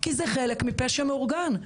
כי זה חלק מפשע מאורגן.